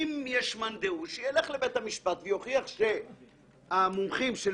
אם יש מאן דהוא שילך לבית המשפט ויוכיח שהמומחים של